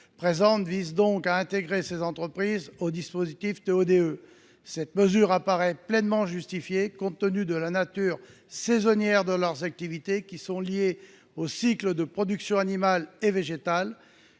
amendement vise donc à intégrer les Etarf au dispositif TO DE. Cette mesure paraît pleinement justifiée par la nature saisonnière de leurs activités, qui sont liées aux cycles de la production animale et végétale.